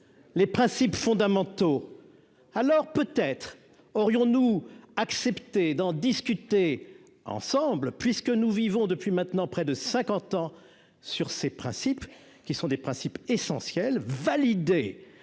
les principes fondamentaux, alors peut-être, aurions-nous accepter d'en discuter ensemble, puisque nous vivons depuis maintenant près de 50 ans sur ces principes qui sont des principes essentiels, validée